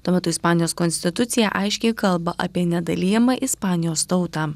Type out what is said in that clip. tuo metu ispanijos konstitucija aiškiai kalba apie nedalijamą ispanijos tautą